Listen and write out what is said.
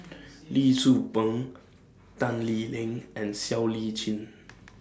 Lee Tzu Pheng Tan Lee Leng and Siow Lee Chin